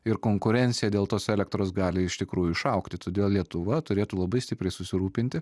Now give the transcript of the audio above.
ir konkurencija dėl tos elektros gali iš tikrųjų išaugti todėl lietuva turėtų labai stipriai susirūpinti